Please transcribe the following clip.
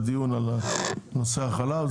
היה דיון על נושא החלב,